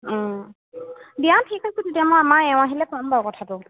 দিয়া ঠিক অছে তেতিয়া আমাৰ এওঁ আহিলে ক'ম বাৰু কথাটো